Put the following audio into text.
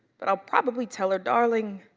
but i'll probably tell her, darling,